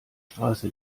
straße